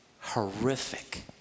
horrific